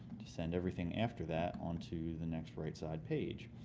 to send everything after that onto the next right-side page.